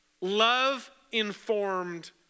Love-informed